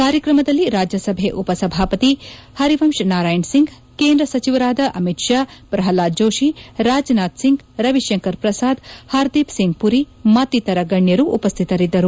ಕಾರ್ಯಕ್ರಮದಲ್ಲಿ ರಾಜ್ಯಸಭೆ ಉಪಸಭಾಪತಿ ಹರಿವಂಶ್ ನಾರಾಯಣ್ ಸಿಂಗ್ ಕೇಂದ್ರ ಸಚಿವರಾದ ಅಮಿತ್ ಶಾ ಪ್ರಲ್ವಾದ್ ಜೋಶಿ ರಾಜನಾಥ್ ಸಿಂಗ್ ರವಿಶಂಕರ್ ಪ್ರಸಾದ್ ಹರ್ದೀಪ್ ಸಿಂಗ್ ಪುರಿ ಮತ್ತಿತರ ಗಣ್ಯರು ಉಪಸ್ತಿತರಿದ್ದರು